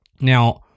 Now